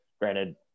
Granted